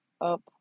up